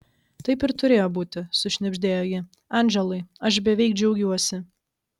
taip ir turėjo būti sušnibždėjo ji andželai aš beveik džiaugiuosi